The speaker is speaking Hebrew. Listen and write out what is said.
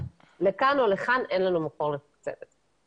לכאן או לכאן אין לנו מקור לתקצב את זה.